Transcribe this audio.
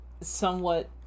somewhat